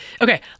Okay